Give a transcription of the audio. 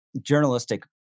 journalistic